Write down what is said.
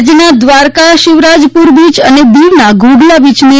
રાજ્યના દ્વારકા શિવરાજપુર બીય અને દીવના ઘોઘલા બીયને